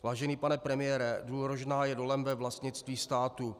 Vážený pane premiére, důl Rožná je dolem ve vlastnictví státu.